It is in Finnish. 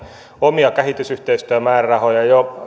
omia kehitysyhteistyömäärärahojaan jo